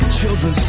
children